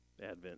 Advent